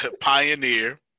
Pioneer